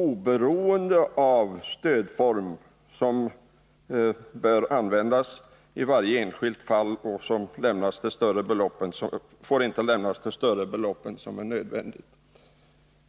Oberoende av stödform bör stöd därför i varje enskilt fall inte lämnas med större belopp än vad som är nödvändigt Man